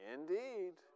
Indeed